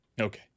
Okay